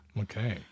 Okay